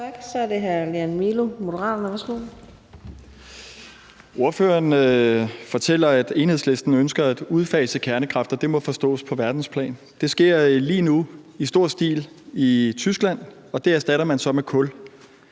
Kl. 23:11 Lean Milo (M): Ordføreren fortæller, at Enhedslisten ønsker at udfase kernekraft, og det må man forstå er på verdensplan. Det sker lige nu i stor stil i Tyskland, og man erstatter så med kul.